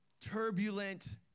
turbulent